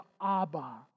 Abba